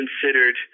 considered